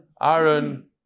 Aaron